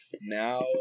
now